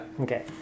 Okay